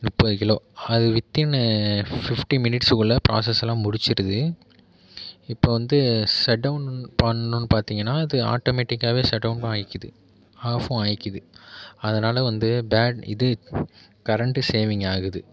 முப்பது கிலோ அது within fifty மினிட்ஸ்குள்ளே ப்ராசஸ்லாம் முடித்திடுது இப்போ வந்து ஷட் டௌன் பண்ணனும்ன்னு பார்த்திங்கன்னா அது ஆட்டோமேடிக்காவே ஷட் டௌன் ஆகிக்குது ஆஃப்பும் ஆகிக்குது அதனால் வந்து பேட் இது கரண்ட் சேவிங் ஆகுது